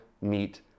meet